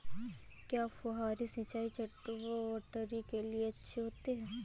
क्या फुहारी सिंचाई चटवटरी के लिए अच्छी होती है?